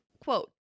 Quote